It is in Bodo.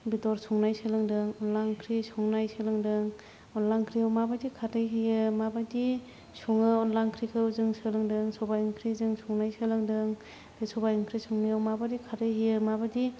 बेदर संनाय सोलोंदों अनला ओंख्रि संनाय सोलोंदों अनला ओंख्रिआव मा बायदि खारदै होयो मा बायदि सङो अनला ओंख्रिखौ जों सोलोंदों सबाइ ओंख्रि जों संनाय सोलोंदों सबाइ ओंख्रि संनायाव मा बायदि खरदै होयो मा बायदि